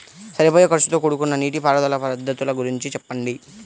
సరిపోయే ఖర్చుతో కూడుకున్న నీటిపారుదల పద్ధతుల గురించి చెప్పండి?